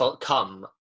come